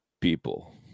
people